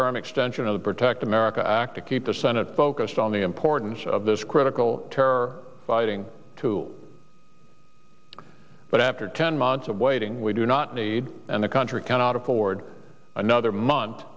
term extension of the protect america act to keep the senate focused on the importance of this critical terror biting tool but after ten months of waiting we do not need and the country cannot afford another month